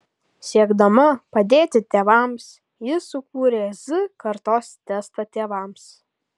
siekdama padėti tėvams ji sukūrė z kartos testą tėvams